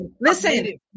Listen